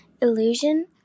illusion